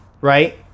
right